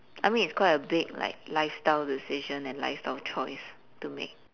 I mean it's quite a big like lifestyle decision and lifestyle choice to make